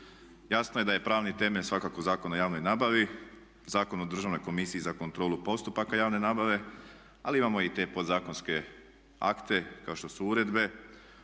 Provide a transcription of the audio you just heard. Jasno je da je pravni temelj svakako Zakon o javnoj nabavi, Zakon o državnoj komisiji za kontrolu postupaka javne nabave, ali imamo i te podzakonske akte kao što su uredbe